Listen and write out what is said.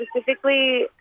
specifically